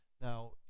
Now